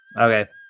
Okay